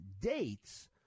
dates